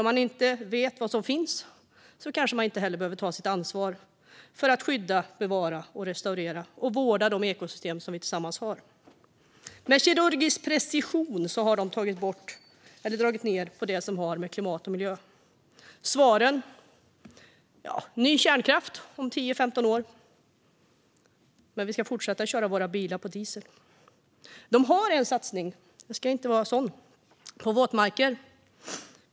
Om man inte vet vad som finns kanske man inte heller behöver ta sitt ansvar för att skydda, bevara, restaurera och vårda de ekosystem som vi tillsammans har. Med kirurgisk precision har man tagit bort eller dragit ned på det som har med klimat och miljö att göra. Vad är svaret? Ny kärnkraft om 10-15 år. Men vi ska fortsätta att köra våra bilar på diesel. Jag ska inte vara sådan - man har en satsning på våtmarker.